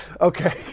okay